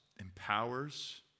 empowers